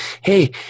Hey